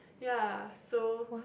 ya so